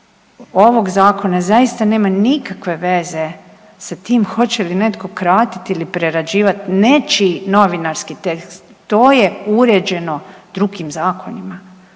ovog Zakona zaista nema nikakve veze sa tim hoće li netko kratiti ili prerađivati nečiji novinarski tekst. To je uređeno drugim zakonima.